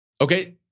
Okay